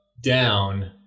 down